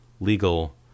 legal